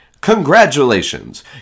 Congratulations